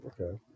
Okay